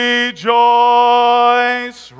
Rejoice